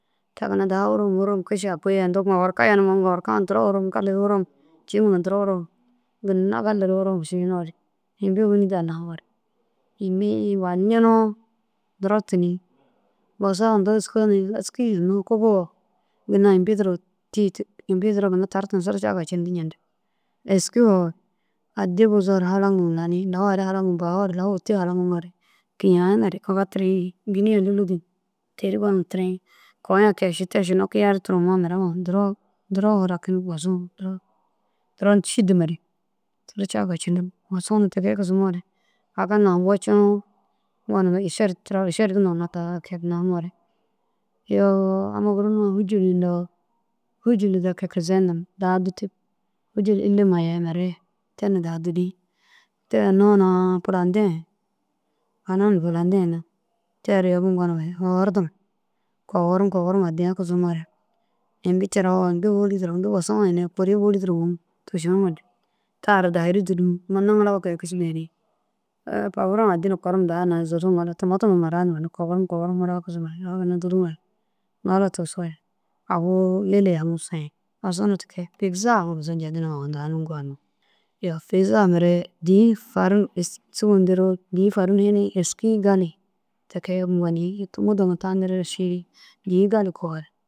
Ta ginna daha urusum urusum kiši kôi ai indoo korka korka yenima duro gali ru urusum cîma ru duro ginna gali ru urusum šinore. Imbi wîni daha namare imbi waljinoo duro tunii bosa indoo êskaa êskii hinnoo kubbuu ginna duro imbii duro ginna tartin surca gabcindi njedig. Êski wo addi buzoore halaŋum lanii lau ru halaŋim bafoo lani bahure lau ôti halaŋimoore kiyayiŋa kaga tirii te ru gonum tirii kogoya kee ši kiyayi ru tirimoo mire ma duro furakini bosu duro duro šîdimare surca gabcidi ti kee kisimoore aga nam wocinoo gonum iser tira iser ina hetiga kee na namoore. Iyoo amma gurna fûjir deki kizeyidu re daha nakig mire te na daha dûri te hinnoo na pulate tere yobum gonumare hahardumare kogorum addiya kisimare imbi cirare bôli imbi bosuŋa hineru kuri bôli duro mûm tošonimare ta ra dahu ru dûrumare ini niŋilau kege kišim yeni. Paburo addi kogorum daha nayi zuru ŋila tumatuma na ginna kogorum kogorum ŋolowo kisimare daha nayi awu lele tunumare nam soyi. Feza busar jediniŋa daha nûkar awu fêza mire dîi sûgu nteroo dîi farinu êski gali ti kee gali mudoma tanire šii dîi gali konoore.